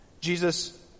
Jesus